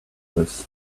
useless